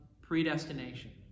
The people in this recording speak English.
predestination